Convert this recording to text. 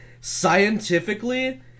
scientifically